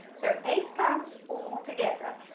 so eight counts all together,